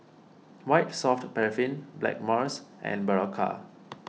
White Soft Paraffin Blackmores and Berocca